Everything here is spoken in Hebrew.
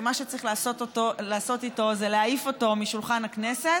כי מה שצריך לעשות איתו זה להעיף אותו משולחן הכנסת,